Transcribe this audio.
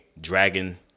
dragon